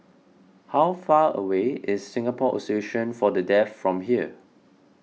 how far away is Singapore Association for the Deaf from here